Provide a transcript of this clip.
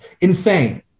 insane